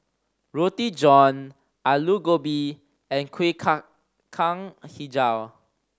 Roti John Aloo Gobi and Kuih Kacang Hijau